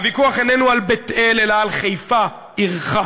הוויכוח איננו על בית-אל, אלא על חיפה, עירך,